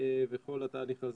וכל התהליך הזה.